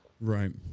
Right